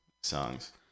songs